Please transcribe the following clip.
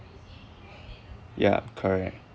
ya correct